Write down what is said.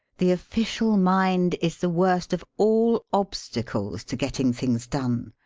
the official mind is the worst of all obstacles to getting things done.